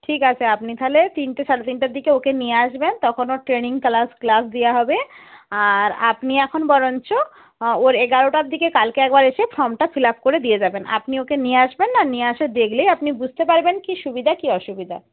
ঠিক আছে আপনি তাহলে তিনটে সাড়ে তিনটের দিকে ওকে নিয়ে আসবেন তখন ওর ট্রেনিং ক্লাস ক্লাস দেওয়া হবে আর আপনি এখন বরঞ্চ ওর এগারোটার দিকে কালকে একবার এসে ফর্মটা ফিল আপ করে দিয়ে যাবেন আপনি ওকে নিয়ে আসবেন না নিয়ে এসে দেখলেই আপনি বুঝতে পারবেন কী সুবিধা কী অসুবিধা